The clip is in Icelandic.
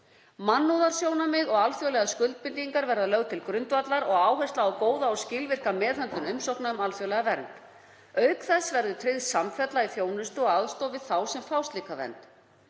Mannúðarsjónarmið og alþjóðlegar skuldbindingar verða lögð til grundvallar og áhersla á góða og skilvirka meðhöndlun umsókna um alþjóðlega vernd. Auk þess verður tryggð samfella í þjónustu og aðstoð við þá sem fá slíka vernd.